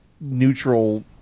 neutral